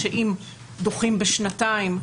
שאם דוחים בשנתיים,